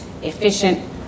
efficient